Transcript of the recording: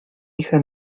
hija